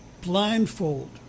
blindfold